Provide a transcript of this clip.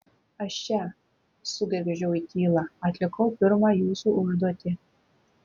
aš čia sugergždžiau į tylą atlikau pirmą jūsų užduotį